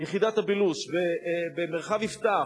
יחידת הבילוש במרחב יפתח,